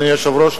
אדוני היושב-ראש,